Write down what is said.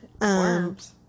Worms